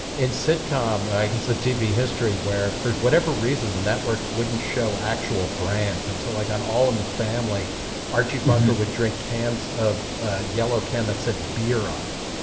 in sitcom, i guess the tv history where for whatever reason the networks wouldn't show actual brands and so like on all in the family archie bunker would drink cans of ah, yellow can that said beer on it?